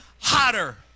hotter